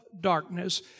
darkness